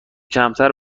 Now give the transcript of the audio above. کمتر